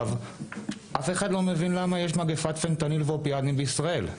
אף אחד לא מבין למה יש מגפת פנטניל ואופיאטים בישראל.